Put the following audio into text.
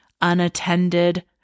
unattended